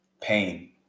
pain